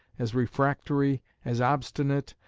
as refractory, as obstinate,